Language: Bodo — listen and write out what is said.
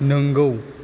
नोंगौ